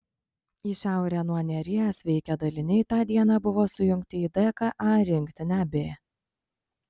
į šiaurę nuo neries veikę daliniai tą dieną buvo sujungti į dka rinktinę b